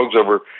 over